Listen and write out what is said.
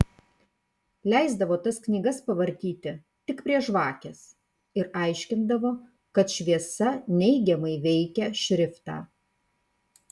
leisdavo tas knygas pavartyti tik prie žvakės ir aiškindavo kad šviesa neigiamai veikia šriftą